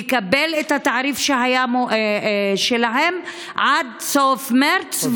לקבל את התעריף שהיה להם עד סוף מרץ,